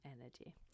energy